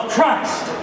Christ